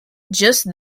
just